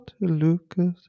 Lucas